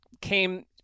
came